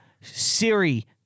Siri